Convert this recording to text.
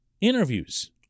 interviews